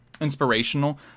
inspirational